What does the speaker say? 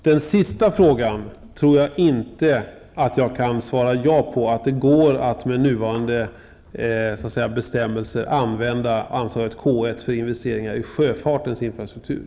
Herr talman! Jag tror inte att jag kan svara ja på den sista frågan, huruvida det går att med nuvarande bestämmelser använda anslaget K 1 för investeringar i sjöfartens infrastruktur.